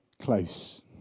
close